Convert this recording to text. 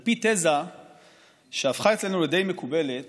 על פי תזה שהפכה אצלנו לדי מקובלת